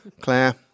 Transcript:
Claire